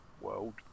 world